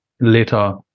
later